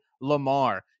Lamar